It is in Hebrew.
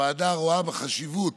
הוועדה ראתה חשיבות